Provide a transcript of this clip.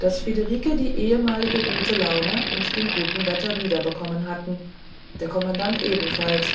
daß friederike die ehemalige gute laune mit dem guten wetter wiederbekommen hatten der kommandant ebenfalls